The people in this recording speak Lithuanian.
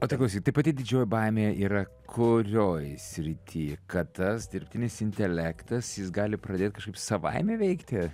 o tai klausyk tai pati didžioji baimė yra kurioj srity kad tas dirbtinis intelektas jis gali pradėt kažkaip savaime veikti